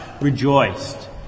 rejoiced